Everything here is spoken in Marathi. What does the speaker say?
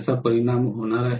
याचा परिणाम होणार आहे